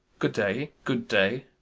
good day, good day.